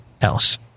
else